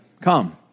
Come